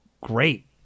great